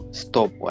stop